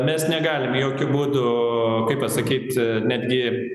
mes negalim jokiu būdu kaip pasakyt netgi